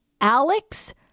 Alex